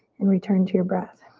and return to your breath.